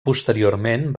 posteriorment